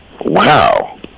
wow